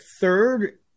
third